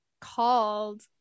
called